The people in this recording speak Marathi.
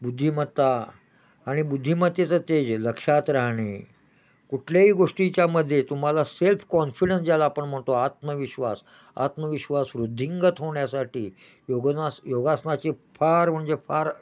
बुद्धिमत्ता आणि बुद्धिमतेचं तेज लक्षात राहणे कुठल्याही गोष्टीच्यामध्ये तुम्हाला सेल्फ कॉन्फिडन्स ज्याला आपण म्हणतो आत्मविश्वास आत्मविश्वास वृद्धिंगत होण्यासाठी योगनास योगासनाचे फार म्हणजे फार